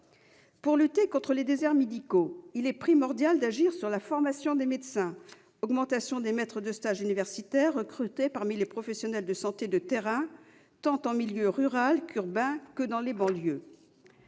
Pour lutter contre les déserts médicaux, il est primordial d'agir sur la formation des médecins. Il faut ainsi augmenter le nombre de maîtres de stages universitaires recrutés parmi les professionnels de santé de terrain, tant en milieu rural qu'en milieu urbain et dans les banlieues.